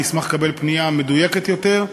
אני אשמח לקבל פנייה מדויקת יותר.